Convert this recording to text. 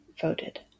voted